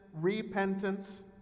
repentance